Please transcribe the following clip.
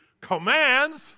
commands